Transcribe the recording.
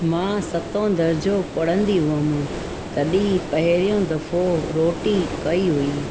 मां सतों दर्ज़ों पढ़ंदी हुअमि तॾहिं पहिरियों दफ़ो रोटी कयी हुई